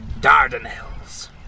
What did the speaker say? Dardanelles